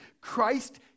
Christ